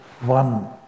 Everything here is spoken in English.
one